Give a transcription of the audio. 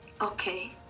okay